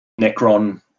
Necron